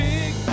Big